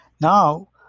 now